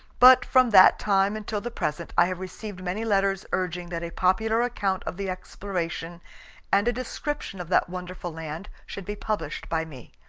but from that time until the present i have received many letters urging that a popular account of the exploration and a description of that wonderful land should be published by me.